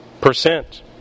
percent